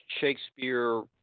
Shakespeare